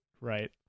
Right